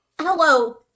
Hello